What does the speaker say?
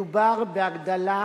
מדובר בהגדלה